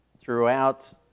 throughout